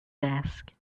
desk